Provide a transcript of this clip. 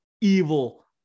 evil